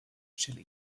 chile